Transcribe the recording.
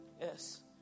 yes